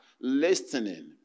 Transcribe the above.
listening